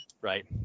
Right